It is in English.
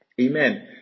Amen